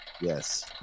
Yes